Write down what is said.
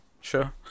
sure